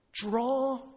Draw